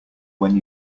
when